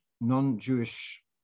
non-Jewish